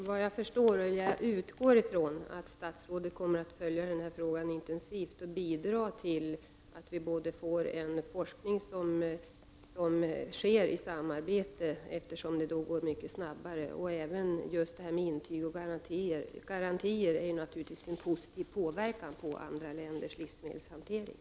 Herr talman! Jag utgår ifrån att statsrådet kommer att följa frågan intensivt och bidra till att vi får en forskning som sker i internationellt samarbete, eftersom det går mycket snabbare, och till att vi får intyg och garantier. Garantier blir naturligtvis en positiv påverkan på andra länders livsmedelshantering.